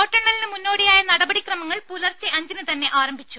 വോട്ടെണ്ണലിന് മുന്നോടിയായ നടപടിക്രമങ്ങൾ പുലർച്ചെ അഞ്ചിന് തന്നെ ആരംഭിച്ചു